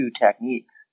techniques